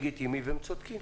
לגיטימי והם צודקים.